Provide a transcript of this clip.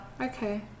Okay